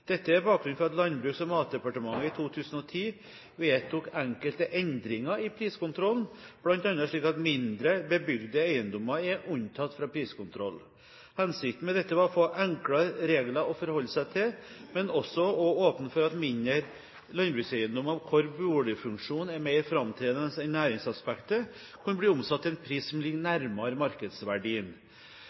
Dette er bakgrunnen for at Landbruks- og matdepartementet i 2010 vedtok enkelte endringer i priskontrollen, bl.a. slik at mindre, bebygde eiendommer er unntatt fra priskontroll. Hensikten med dette var å få enklere regler å forholde seg til, men også å åpne for at mindre landbrukseiendommer hvor boligfunksjonen er mer framtredende enn næringsaspektet, kunne bli omsatt til en pris som ligger nærmere markedsverdien.